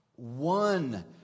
One